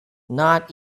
not